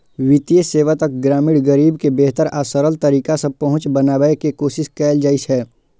वित्तीय सेवा तक ग्रामीण गरीब के बेहतर आ सरल तरीका सं पहुंच बनाबै के कोशिश कैल जाइ छै